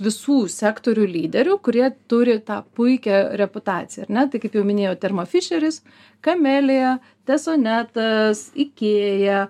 visų sektorių lyderių kurie turi tą puikią reputaciją ar ne tai kaip jau minėjau termofišeris camelia tesonetas ikėja